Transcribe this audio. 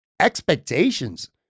expectations